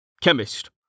Chemist